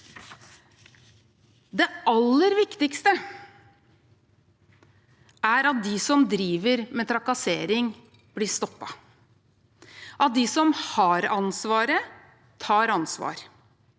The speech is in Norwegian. Det aller viktigste er at de som driver med trakassering, blir stoppet, at de som har ansvaret, tar ansvar,